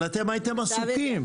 אבל אתם הייתם עסוקים.